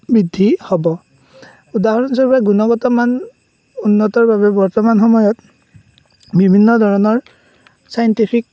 বৃদ্ধি হ'ব উদাহৰণ স্বৰূপে গুণগত মান উন্নতৰ বাবে বৰ্তমান সময়ত বিভিন্ন ধৰণৰ ছাইণ্টিফিক